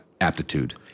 aptitude